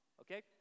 Okay